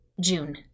June